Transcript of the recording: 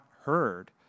heard